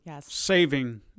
saving